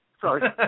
Sorry